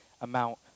amount